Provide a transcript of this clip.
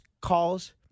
calls